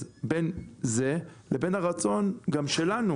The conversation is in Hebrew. אז בין זה לבין הרצון גם שלנו